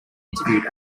interviewed